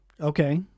Okay